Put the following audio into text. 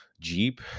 jeep